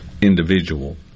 individual